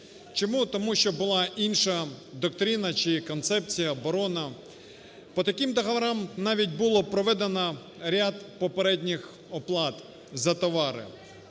Чому? Тому що була інша доктрина чи концепція, оборона. По таким договорам навіть було проведено ряд попередніх оплат за товари.